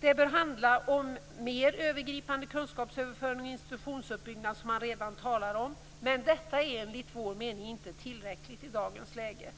Det bör handla om mer övergripande kunskapsöverföring med en institutionsuppbyggnad som det redan talas om. Detta är enligt vår mening inte tillräckligt i dagens läge.